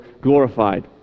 glorified